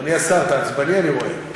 אדוני השר, אתה עצבני, אני רואה.